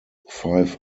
five